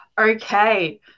okay